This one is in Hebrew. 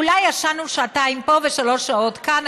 אולי ישנו שעתיים פה ושלוש שעות כאן.